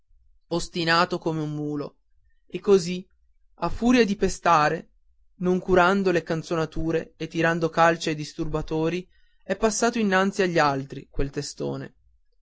ostinato come un mulo e così a furia di pestare non curando le canzonature e tirando calci ai disturbatori è passato innanzi agli altri quel testone